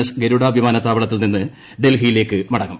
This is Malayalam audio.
എസ് ഗരൂപ്പിക് വിമാനത്താവളത്തിൽ നിന്ന് ഡൽഹിയിലേക്ക് മടങ്ങും